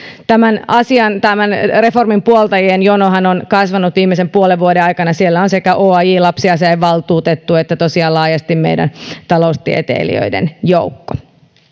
tämän reformien puoltajien jonohan on kasvanut viimeisen puolen vuoden aikana siellä ovat sekä oaj lapsiasiavaltuutettu että tosiaan laajasti meidän taloustieteilijöiden joukko